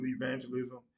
evangelism